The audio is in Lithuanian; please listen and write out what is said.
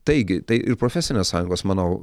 taigi tai ir profesinės sąjungos manau